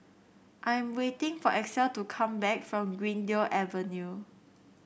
I am waiting for Axel to come back from Greendale Avenue